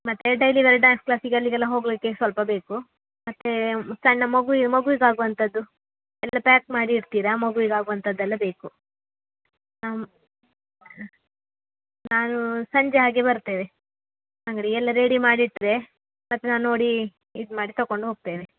ಮತ್ತು daily wear dance ಕ್ಲಾಸಿಗೆ ಅಲ್ಲಿಗೆಲ್ಲ ಹೋಗಲಿಕ್ಕೆ ಸ್ವಲ್ಪ ಬೇಕು ಮತ್ತು ಸಣ್ಣ ಮಗುವಿ ಮಗುವಿಗಾಗುವಂಥದ್ದು ಎಲ್ಲ ಪ್ಯಾಕ್ ಮಾಡಿ ಇಡ್ತೀರಾ ಮಗುವಿಗಾಗುವಂಥದ್ದೆಲ್ಲ ಬೇಕು ಹಾಂ ನಾನು ಸಂಜೆ ಹಾಗೆ ಬರ್ತೇವೆ ಅಂಗಡಿಗೆ ಎಲ್ಲ ರೆಡಿ ಮಾಡಿಟ್ಟರೆ ಮತ್ತು ನಾನು ನೋಡಿ ಇದು ಮಾಡಿ ತಕೊಂಡು ಹೋಗ್ತೇನೆ